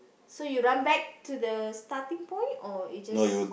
so you run back to the starting point or you just